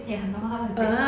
ya normal work day